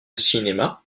cinéma